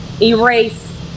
erase